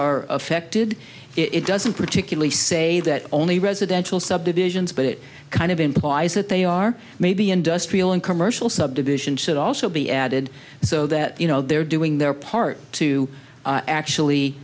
are affected it doesn't particularly say that only residential subdivisions but it kind of implies that they are maybe industrial and commercial subdivisions should also be added so that you know they're doing their part to actually